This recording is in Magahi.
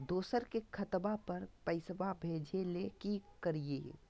दोसर के खतवा पर पैसवा भेजे ले कि करिए?